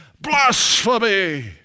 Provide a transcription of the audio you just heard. blasphemy